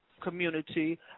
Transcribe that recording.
community